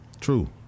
True